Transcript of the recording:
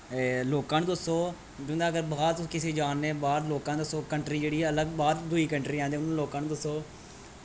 लोकां नू दस्सो जियां अगर बाह्र तुस किते जा ने बाह्र दे लोकां नू दसो कंट्री जेह्ड़ी अलग बाह्र दूई कंट्री आंदी उ'नें लोकां नू दस्सो